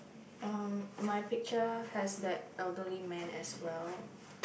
uh my picture has that elderly man as well